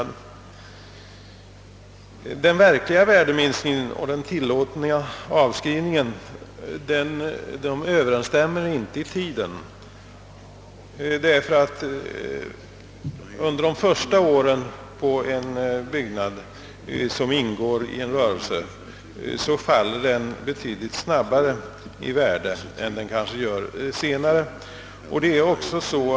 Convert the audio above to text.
Den verkliga värdeminskningen och den tillåtna avskrivningen överensstämmer emellertid inte i tiden, ty under de första åren sjunker värdet av byggnad som ingår i rörelse mycket snabbare än det kanske gör senare.